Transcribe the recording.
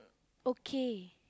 okay